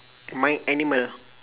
my animal